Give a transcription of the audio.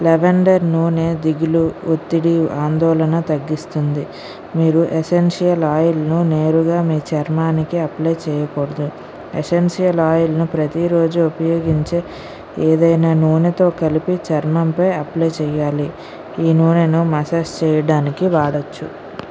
lavender నూనె దిగులు ఒత్తిడి ఆందోళన తగ్గిస్తుంది మీరు ఎసెన్షియల్ ఆయిల్ను నేరుగా మీ చర్మానికి అప్లై చేయకూడదు ఎసెన్షియల్ ఆయిల్ ప్రతిరోజు ఉపయోగించే ఏదైనా నూనెతో కలిపి చర్మంపై అప్లై చేయాలి ఈ నూనెను మసాజ్ చేయడానికి వాడొచ్చు